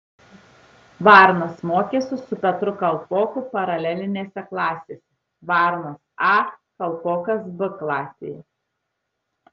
varnas mokėsi su petru kalpoku paralelinėse klasėse varnas a kalpokas b klasėje